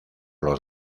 los